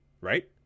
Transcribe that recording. right